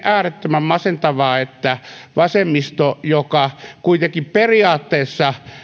äärettömän masentavaa että vasemmisto joka kuitenkin periaatteessa